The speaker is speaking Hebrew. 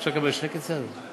אפשר לקבל קצת שקט למעלה?